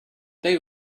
they